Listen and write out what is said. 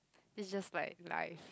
is just like life